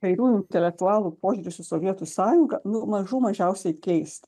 kairiųjų intelektualų požiūris į sovietų sąjungą nu mažų mažiausiai keista